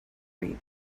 reap